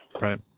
Right